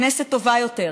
כנסת טובה יותר,